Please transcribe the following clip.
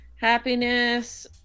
happiness